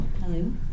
Hello